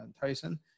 Tyson